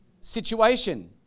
situation